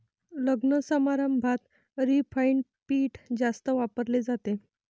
लग्नसमारंभात रिफाइंड पीठ जास्त वापरले जाते